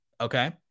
okay